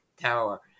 tower